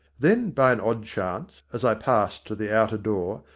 then by an odd chance, as i passed to the outer door,